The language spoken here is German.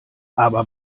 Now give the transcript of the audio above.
aber